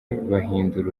bahindura